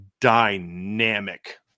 dynamic